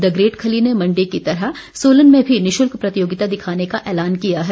the great Khali ने मंडी की तरह सोलन में भी निशुल्क प्रतियोगिता दिखाने का एलान किया है